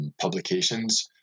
publications